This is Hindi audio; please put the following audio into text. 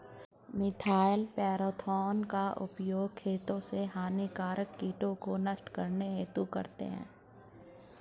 मिथाइल पैरथिओन का उपयोग खेतों से हानिकारक कीटों को नष्ट करने हेतु करते है